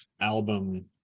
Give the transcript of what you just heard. album